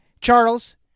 Charles